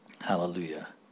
Hallelujah